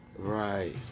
Right